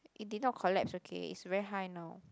it did not collapse okay it's very high now